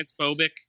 Transphobic